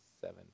seven